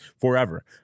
forever